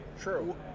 True